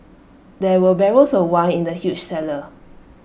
there were barrels of wine in the huge cellar